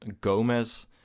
Gomez